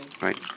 Right